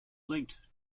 linked